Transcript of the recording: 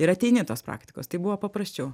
ir ateini tos praktikos tai buvo paprasčiau